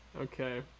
okay